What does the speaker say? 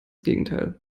gegenteil